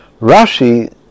Rashi